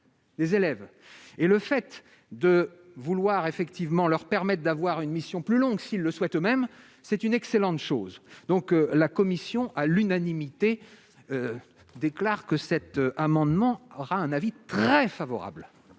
et le fait de vouloir effectivement leur permettent d'avoir une mission plus longue, s'ils le souhaitent eux-même, c'est une excellente chose, donc la Commission à l'unanimité, déclare que cet amendement aura un avis très favorable.